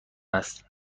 است